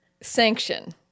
Sanction